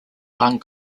lung